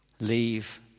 Leave